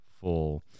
full